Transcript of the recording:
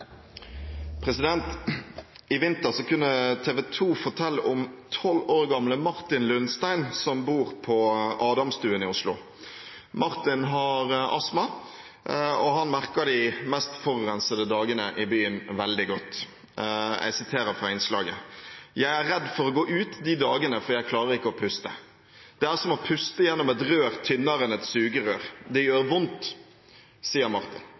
I vinter kunne TV 2 fortelle om 12 år gamle Martin Lundstein, som bor på Adamstuen i Oslo. Martin har astma, og han merker de mest forurensede dagene i byen veldig godt. Jeg siterer fra innslaget: «– Jeg er redd for å gå ut de dagene for jeg klarer ikke å puste. Det er som å puste gjennom et rør tynnere enn et sugerør. Det gjør vondt, sier Martin.»